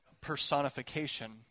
personification